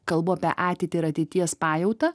kalbu apie ateitį ir ateities pajautą